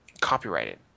copyrighted